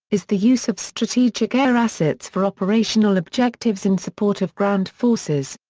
is the use of strategic air assets for operational objectives in support of ground forces.